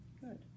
Good